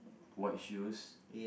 what shoes